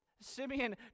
Simeon